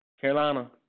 Carolina